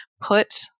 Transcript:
put